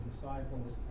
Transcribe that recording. disciples